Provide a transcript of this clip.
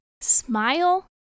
smile